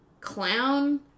clown